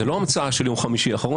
זה לא המצאה של יום חמישי האחרון,